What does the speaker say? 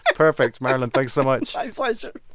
ah perfect. marilyn, thanks so much my pleasure